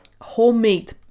homemade